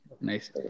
nice